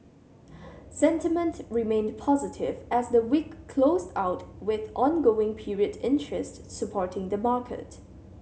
sentiment remained positive as the week closed out with ongoing period interest supporting the market